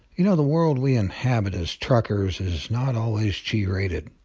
you know, the world we inhabit as truckers is not always g rated.